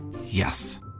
Yes